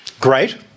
Great